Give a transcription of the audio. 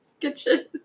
kitchen